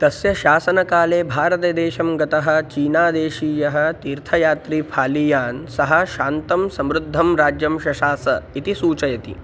तस्य शासनकाले भारतदेशं गतः चीनादेशीयः तीर्थयात्री फालियान् सः शान्तं समृद्धं राज्यं शशास इति सूचयति